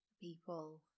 people